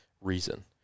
reason